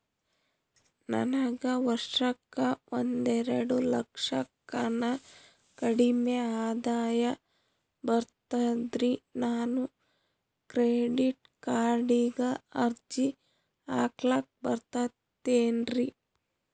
ನನಗ ವರ್ಷಕ್ಕ ಒಂದೆರಡು ಲಕ್ಷಕ್ಕನ ಕಡಿಮಿ ಆದಾಯ ಬರ್ತದ್ರಿ ನಾನು ಕ್ರೆಡಿಟ್ ಕಾರ್ಡೀಗ ಅರ್ಜಿ ಹಾಕ್ಲಕ ಬರ್ತದೇನ್ರಿ?